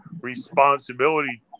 responsibility